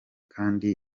kandi